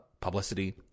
publicity